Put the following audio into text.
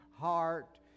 heart